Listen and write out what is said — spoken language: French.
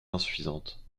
insuffisante